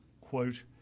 quote